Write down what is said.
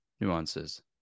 nuances